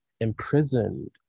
imprisoned